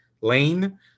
Lane